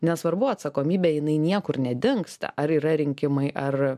nesvarbu atsakomybė jinai niekur nedingsta ar yra rinkimai ar